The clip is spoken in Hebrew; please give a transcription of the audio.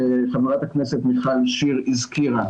שח"כ מיכל שיר הזכירה.